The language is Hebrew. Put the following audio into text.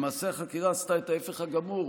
למעשה החקירה עשתה את ההפך הגמור,